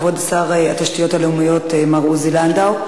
כבוד שר התשתיות הלאומיות מר עוזי לנדאו.